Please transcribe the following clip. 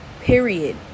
Period